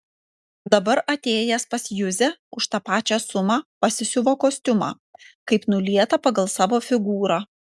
dabar atėjęs pas juzę už tą pačią sumą pasisiuvo kostiumą kaip nulietą pagal savo figūrą